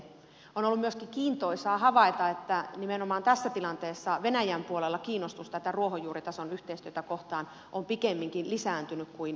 on ollut myöskin kiintoisaa havaita että nimenomaan tässä tilanteessa venäjän puolella kiinnostus tätä ruohonjuuritason yhteistyötä kohtaan on pikemminkin lisääntynyt kuin vähentynyt